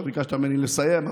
אתה ביקשת ממני לסיים,